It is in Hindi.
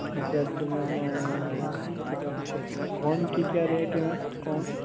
अच्छा तो मैम और वो आप के पास कोन की क्या रेट है मैम कोन